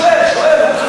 אבל אני שואל.